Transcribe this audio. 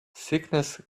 sickness